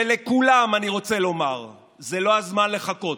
ולכולם אני רוצה לומר: זה לא הזמן לחכות.